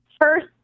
First